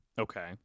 Okay